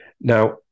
Now